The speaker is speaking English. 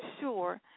sure